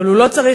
אבל הוא לא צריך,